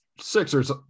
Sixers